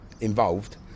involved